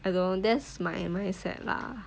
I don't know that's my mindset lah